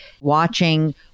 watching